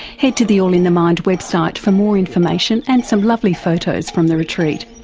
head to the all in the mind website for more information and some lovely photos from the retreat.